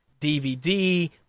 DVD